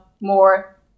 more